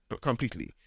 completely